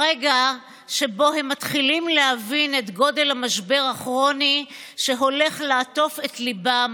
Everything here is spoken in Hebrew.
הרגע שבו הם מתחילים להבין את גודל המשבר הכרוני שהולך לעטוף את ליבם.